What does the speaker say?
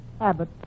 Abbott